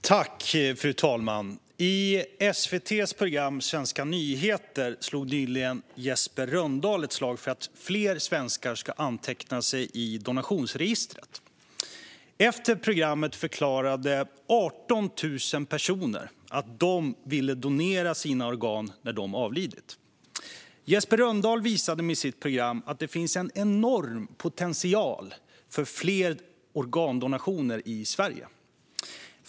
Fru talman! I SVT:s program Svenska nyheter slog nyligen Jesper Rönndahl ett slag för att fler svenskar ska anmäla sig till donationsregistret. Efter programmet förklarade 18 000 personer att de ville donera sina organ när de avlidit. Jesper Rönndahl visade med sitt program att det finns en enorm potential för fler organdonationer i Sverige.